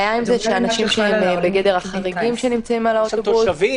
אנשים שהם בגדר החריגים שנמצאים על האוטובוס,